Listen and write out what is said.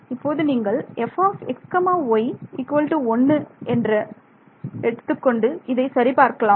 Refer Time 1526 இப்போது நீங்கள் fxy1 என்று எடுத்துக்கொண்டு இதை சரி பார்க்கலாம்